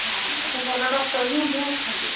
ହଁ ଏଠି ଭଲ ଡକ୍ଟର୍ ବି ମଧ୍ୟ ଅଛନ୍ତି